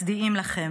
מצדיעים לכם,